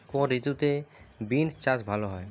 কোন ঋতুতে বিন্স চাষ ভালো হয়?